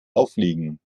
auffliegen